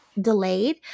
delayed